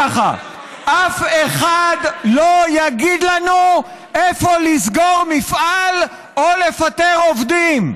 ככה: אף אחד לא יגיד לנו איפה לסגור מפעל או לפטר עובדים.